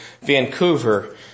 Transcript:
Vancouver